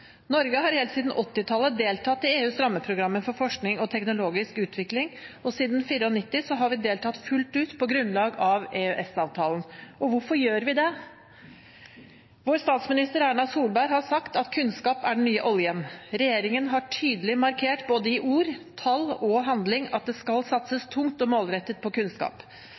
Norge har helt siden 1980-tallet deltatt i EUs rammeprogrammer for forskning og teknologisk utvikling, og siden 1994 har vi deltatt fullt ut på grunnlag av EØS-avtalen. Og hvorfor gjør vi det? Vår statsminister Erna Solberg har sagt at kunnskap er den nye oljen. Regjeringen har tydelig markert i både ord, tall og handling at det skal satses tungt og målrettet på kunnskap.